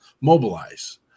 mobilize